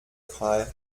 frei